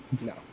No